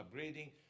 upgrading